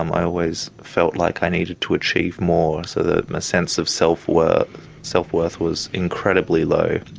um i was felt like i needed to achieve more, so that my sense of self-worth self-worth was incredibly low.